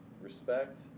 respect